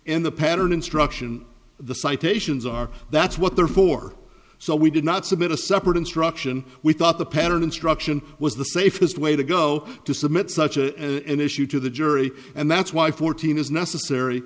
and the pattern instruction the citations are that's what they're for so we did not submit a separate instruction we thought the pattern instruction was the safest way to go to submit such an issue to the jury and that's why fourteen is necessary